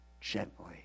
Gently